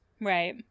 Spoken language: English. Right